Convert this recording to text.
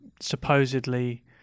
supposedly